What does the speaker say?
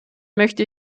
möchte